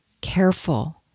careful